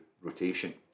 rotation